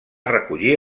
recollir